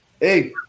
Hey